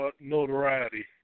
notoriety